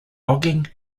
logging